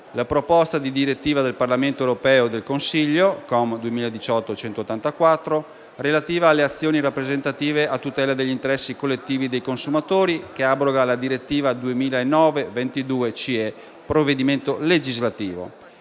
la proposta di direttiva del Parlamento europeo e del Consiglio (COM(2018) 184), relativa alle azioni rappresentative a tutela degli interessi collettivi dei consumatori, che abroga la direttiva 2009/22/CE, provvedimento legislativo;